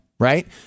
Right